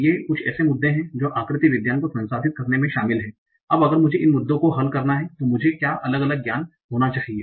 तो ये कुछ ऐसे मुद्दे हैं जो आकृति विज्ञान को संसाधित करने में शामिल हैं अब अगर मुझे इन मुद्दों को हल करना है तो मुझे क्या अलग अलग ज्ञान होना चाहिए